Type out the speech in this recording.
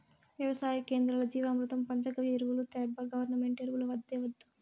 వెవసాయ కేంద్రాల్ల జీవామృతం పంచగవ్య ఎరువులు తేబ్బా గవర్నమెంటు ఎరువులు వద్దే వద్దు